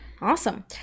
Awesome